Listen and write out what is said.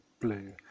blue